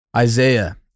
Isaiah